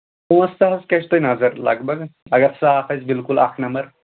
پانٛژھ ساس کیٛاہ چھُ تۄہہِ نَظر لگ بگ اَگر صاف آسہِ بِلکُل اکھ نَمبر